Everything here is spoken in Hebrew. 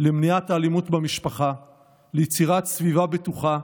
למניעת אלימות במשפחה וליצירת סביבה בטוחה,